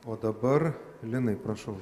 o dabar linai prašau